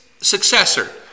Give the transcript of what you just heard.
successor